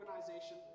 organization